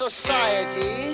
society